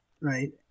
right